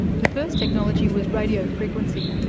the first technology was radio frequency,